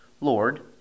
Lord